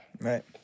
Right